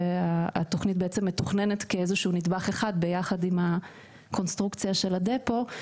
והתוכנית בעצם מתוכננת כאיזשהו נדבך אחד ביחד עם הקונסטרוקציה של הדפו,